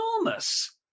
enormous